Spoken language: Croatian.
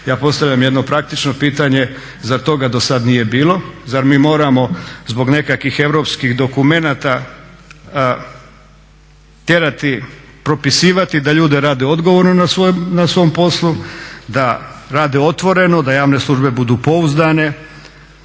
Ja postavljam jedno praktično pitanje. Zar toga dosad nije bilo, zar mi moramo zbog nekakvih europskih dokumenata tjerati, propisivati da ljudi rade odgovorno na svom poslu, da rade otvoreno, da javne službe budu pouzdane,